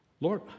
Lord